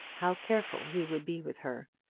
how careful he would be with her,